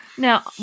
Now